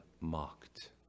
mocked